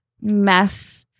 mess